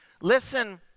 listen